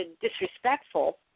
disrespectful